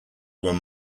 were